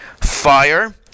fire